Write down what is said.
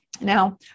Now